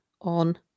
on